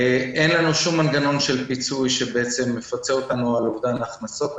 אין לנו שום מנגנון של פיצוי שמפצה אותנו על אובדן ההכנסות.